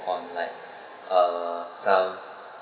on like uh some